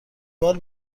بار